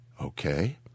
Okay